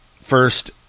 first